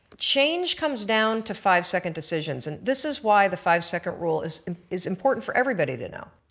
change comes down to five second decisions and this is why the five second rule is is important for everybody to know.